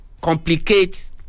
complicate